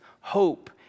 hope